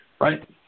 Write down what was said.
Right